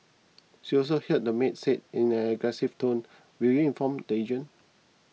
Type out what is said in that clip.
she also heard the maid say in an aggressive tone will you inform the agent